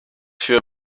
für